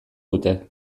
dute